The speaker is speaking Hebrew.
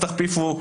אז תכפיפו,